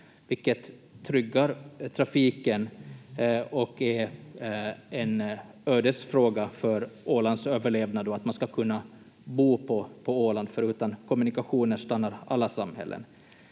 vilket tryggar trafiken och är en ödesfråga för Ålands överlevnad och att man ska kunna bo på Åland, för utan kommunikationer stannar alla samhällen.